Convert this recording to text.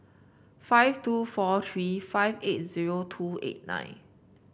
five two four three five eight zero two eight nine